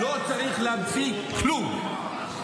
לא צריך להמציא כלום.